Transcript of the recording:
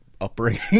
upbringing